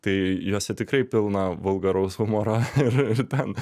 tai juose tikrai pilna vulgaraus humoro ir ir ten